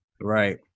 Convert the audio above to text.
Right